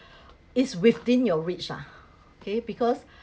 is within your reach lah okay because